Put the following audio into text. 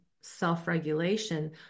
self-regulation